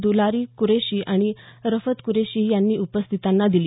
दूलारी कुरेशी आणि रफत कुरेशी यांनी उपस्थितांना दिली